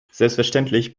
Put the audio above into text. selbstverständlich